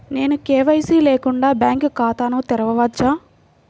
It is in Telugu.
నేను కే.వై.సి లేకుండా బ్యాంక్ ఖాతాను తెరవవచ్చా?